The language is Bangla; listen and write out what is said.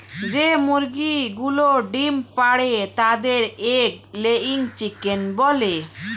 যে মুরগিগুলো ডিম পাড়ে তাদের এগ লেয়িং চিকেন বলে